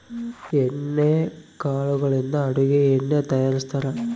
ಎಣ್ಣೆ ಕಾಳುಗಳಿಂದ ಅಡುಗೆ ಎಣ್ಣೆ ತಯಾರಿಸ್ತಾರಾ